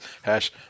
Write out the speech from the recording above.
hash